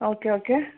okay okay